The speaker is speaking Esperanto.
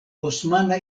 osmana